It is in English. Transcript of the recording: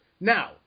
Now